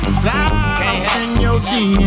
slide